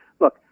look